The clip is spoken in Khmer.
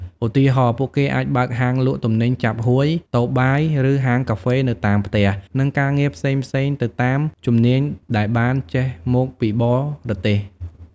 ឧទាហរណ៍ ពួកគេអាចបើកហាងលក់ទំនិញចាប់ហួយ តូបបាយ ឬហាងកាហ្វេនៅតាមផ្ទះ និងការងារផ្សេងៗទៅតាមជំនាញដែលបានចេះមកពីបរទេស។